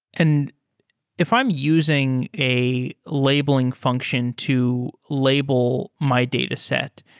and if i'm using a labeling function to label my dataset,